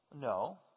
No